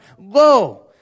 Lo